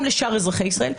לשאר אזרחי ישראל.